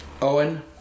Owen